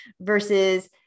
versus